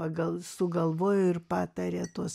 pagal sugalvojo ir patarė tuos